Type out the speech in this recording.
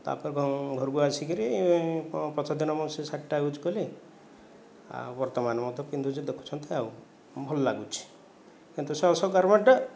ତା'ପରେ ଘରକୁ ଆସିକରି ପଛଦିନ ମୁଁ ସେ ଶାର୍ଟଟା ଇଉଜ୍ କଲି ଆଉ ବର୍ତ୍ତମାନ ମୁଁ ତ ପିନ୍ଧୁଛି ଦେଖୁଛନ୍ତି ଆଉ ଭଲ ଲାଗୁଛି କିନ୍ତୁ ସେ ଅଶୋକ ଗାର୍ମେଣ୍ଟ